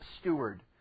steward